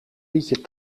liedje